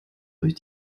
durch